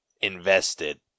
invested